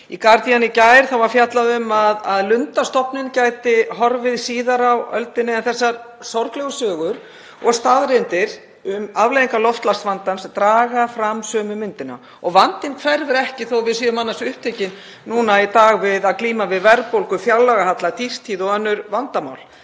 Í Guardian í gær var fjallað um að lundastofninn gæti horfið síðar á öldinni. Þessar sorglegu sögur og staðreyndir um afleiðingar loftslagsvandans draga fram sömu myndina og vandinn hverfur ekki þó að við séum annars upptekin núna í dag við að glíma við verðbólgu, fjárlagahalla, dýrtíð og önnur vandamál.